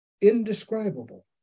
indescribable